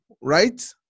right